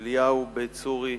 אליהו בית-צורי,